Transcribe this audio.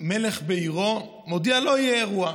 מלך בעירו, מודיע: לא יהיה אירוע.